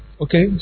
Okay